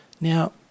Now